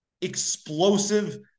explosive